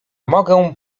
mogę